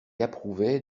approuvait